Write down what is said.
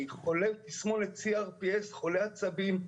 אני חולה תסמונת CRPS, חולה עצבים,